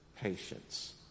patience